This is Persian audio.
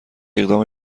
اقدام